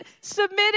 submitted